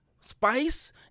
spice